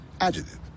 Adjective